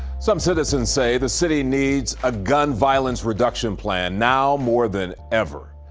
some citizens say the city needs a gun violence reduction plan. now, more than ever,